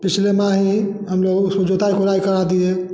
पिछले माह ही हम लोग उसको जोताई कोढ़ाई करा दिए